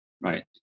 right